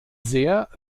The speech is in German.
sehr